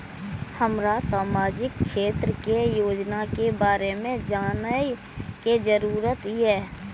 हमरा सामाजिक क्षेत्र के योजना के बारे में जानय के जरुरत ये?